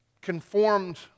conformed